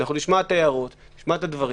אני יכול לשמוע את ההערות, לשמוע את הדברים